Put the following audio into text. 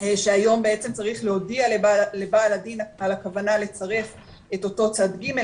שהיום בעצם צריך להודיע לבעל הדין על הכוונה לצרף את אותו צד ג',